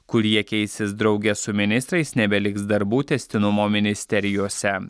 kurie keisis drauge su ministrais nebeliks darbų tęstinumo ministerijose